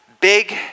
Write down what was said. big